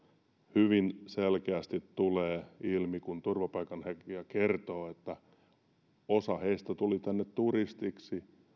hyvin selkeästi tulee ilmi kun turvapaikanhakija kertoo että osa heistä tuli tänne turistiksi